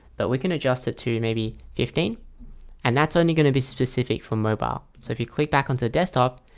but we can adjust it to maybe fifteen and that's only going to be specific for mobile so if you click back onto the desktop,